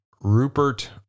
Rupert